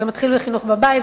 זה מתחיל בחינוך בבית,